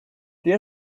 there